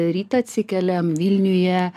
rytą atsikeliam vilniuje